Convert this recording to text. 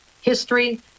history